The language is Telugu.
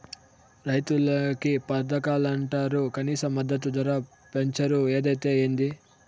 రైతులకి పథకాలంటరు కనీస మద్దతు ధర పెంచరు ఏదైతే ఏంది